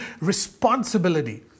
responsibility